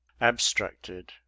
abstracted